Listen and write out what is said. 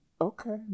Okay